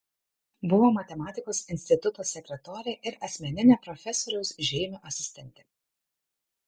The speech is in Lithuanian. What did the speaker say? buvo matematikos instituto sekretorė ir asmeninė profesoriaus žeimio asistentė